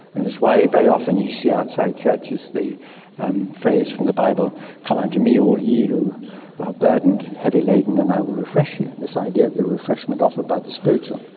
and it's why very often you see outside churches the phrase from the bible come unto me all ye who are burdened, heavy laden and i will refresh you'. this idea of the refreshment offered by the spiritual.